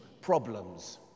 problems